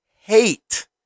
hate